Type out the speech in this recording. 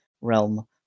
realm